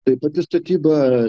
taip pat ir tapyba